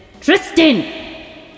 Tristan